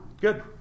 Good